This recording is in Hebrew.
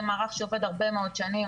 זה מערך שעובד הרבה מאוד שנים,